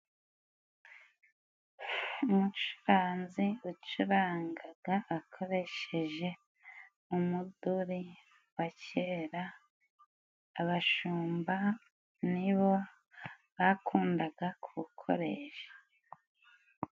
Umucuranzi wacurangaga akoresheje umuduri wa kera, abashumba nibo bakundaga kugukoresha.